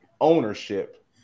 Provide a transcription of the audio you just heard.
ownership